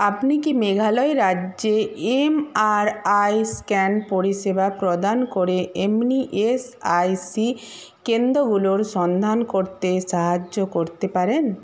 আপনি কি মেঘালয় রাজ্যে এমআরআই স্ক্যান পরিষেবা প্রদান করে এমনি এসআইসি কেন্দ্রগুলোর সন্ধান করতে সাহায্য করতে পারেন